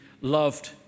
loved